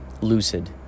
lucid